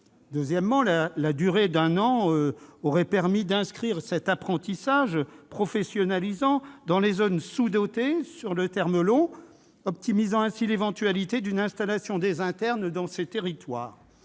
Deuxièmement, la durée d'un an aurait permis d'inscrire cet apprentissage professionnalisant en zones sous-dotées dans un temps long, optimisant ainsi l'éventualité d'une installation des internes dans ces territoires.